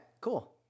cool